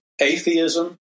atheism